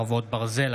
חרבות ברזל),